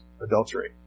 adultery